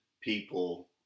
people